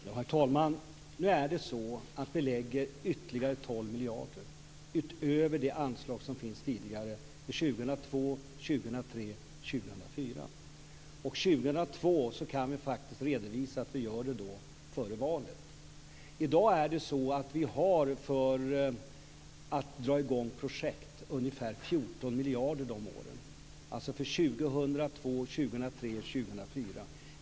Herr talman! Det är så att vi nu lägger ytterligare 2002, 2003 och 2004. När det gäller år 2002 kan vi faktiskt redovisa att vi gör det före valet. I dag har vi i form av medel för att dra i gång projekt ungefär 14 miljarder för åren 2002, 2003 och 2004.